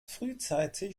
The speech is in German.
frühzeitig